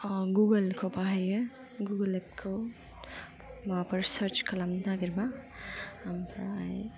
गुगोलखौ बाहायो गुगोल एपखौ माबाफोर सार्च खालामनो नागिरब्ला ओमफ्राय